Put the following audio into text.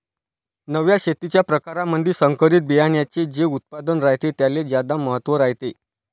नव्या शेतीच्या परकारामंधी संकरित बियान्याचे जे उत्पादन रायते त्याले ज्यादा महत्त्व रायते